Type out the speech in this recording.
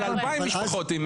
אז תעשו 2,000 משפחות.